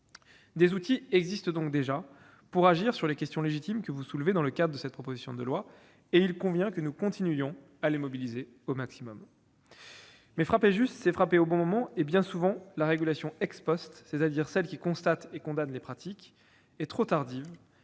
Des outils existent donc pour agir sur les questions légitimes soulevées dans le cadre de cette proposition de loi, et il convient que nous continuions de les mobiliser au maximum. Mais frapper juste, c'est frapper au bon moment, et bien souvent la régulation, c'est-à-dire celle qui constate et condamne les pratiques, est trop tardive